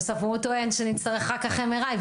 בסוף הוא טוען שנצטרך אחר כך MRI,